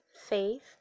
faith